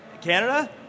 Canada